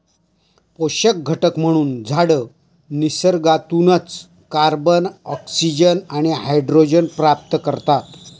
पोषक घटक म्हणून झाडं निसर्गातूनच कार्बन, ऑक्सिजन आणि हायड्रोजन प्राप्त करतात